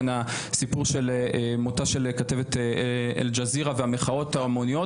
הסיפור של מותה כתבת אל-ג'זירה והמחאות ההמוניות.